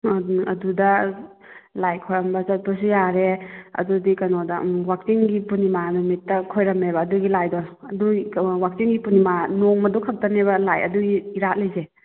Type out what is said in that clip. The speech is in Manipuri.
ꯎꯝ ꯑꯗꯨꯗ ꯂꯥꯏ ꯈꯣꯏꯔꯝꯕ ꯆꯠꯄꯁꯨ ꯌꯥꯔꯦ ꯑꯗꯨꯗꯤ ꯀꯩꯅꯣꯗ ꯋꯥꯛꯆꯤꯡꯒꯤ ꯄꯨꯔꯅꯤꯃꯥ ꯅꯨꯃꯤꯠꯇ ꯈꯣꯏꯔꯝꯃꯦꯕ ꯑꯗꯨꯒꯤ ꯂꯥꯏꯗꯣ ꯑꯗꯨꯏ ꯋꯥꯛꯆꯤꯡꯒꯤ ꯄꯨꯔꯅꯤꯃꯥ ꯅꯣꯡꯃꯗꯣ ꯈꯛꯇꯅꯦꯕ ꯂꯥꯏ ꯑꯗꯨꯒꯤ ꯏꯔꯥꯠꯂꯤꯁꯦ